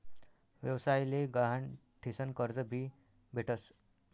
व्यवसाय ले गहाण ठीसन कर्ज भी भेटस